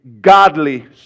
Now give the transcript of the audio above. godly